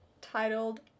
titled